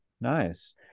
Nice